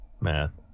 Math